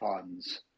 funds